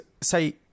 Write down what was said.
say